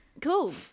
cool